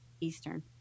Eastern